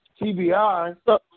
TBI